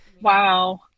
Wow